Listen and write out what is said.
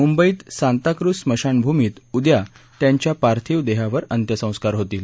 मुंबईत सांताक्रुझ स्मशान भूमीत उद्या त्यांच्या पार्थिव देहावर अंत्यसंस्कार होतील